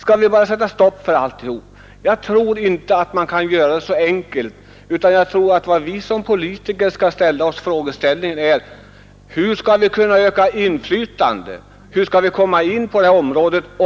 Skall vi sätta stopp för alltihop? Jag tror inte man kan göra det så enkelt. Frågeställningen för oss politiker måste vara: Hur skall vi kunna öka inflytandet? Hur skall vi komma in på området?